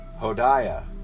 Hodiah